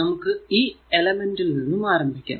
നമുക്ക് ഈ എലമെന്റ് ൽ നിന്നും ആരംഭിക്കാം